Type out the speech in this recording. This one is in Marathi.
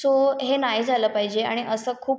सो हे नाही झालं पाहिजे आणि असं खूप